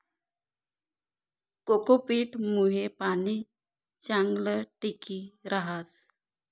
cocopeat मुये पाणी चांगलं टिकी रहास